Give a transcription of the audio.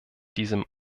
diesem